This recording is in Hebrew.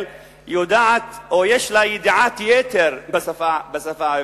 יודעת או יש לה ידיעת-יתר בשפה העברית,